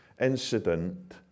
incident